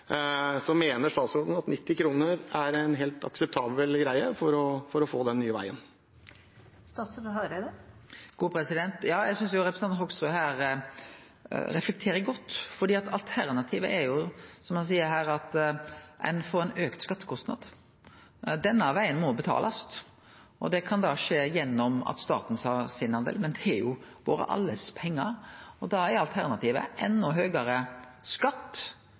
er en helt akseptabel greie for å få den nye veien? Eg synest representanten Hoksrud her reflekterer godt, for alternativet er jo, som han seier, at ein får ein auka skattekostnad. Denne vegen må betalast, og det kan skje gjennom at staten tar sin del, men det er jo våre alles pengar. Da er alternativa enda høgare skatt